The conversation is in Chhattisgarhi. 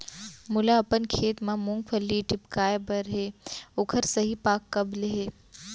मोला अपन खेत म मूंगफली टिपकाय बर हे ओखर सही पाग कब ले हे?